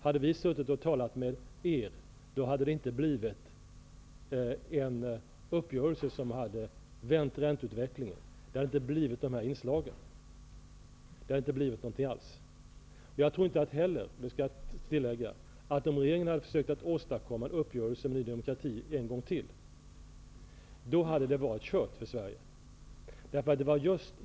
Om vi hade talat med er hade det inte blivit någon uppgörelse som vände ränteutvecklingen. De inslag jag nämnde hade inte varit med. Det hade inte blivit någonting alls. Om regeringen än en gång hade försökt åstadkomma en uppgörelse med Ny demokrati hade det varit kört för Sverige.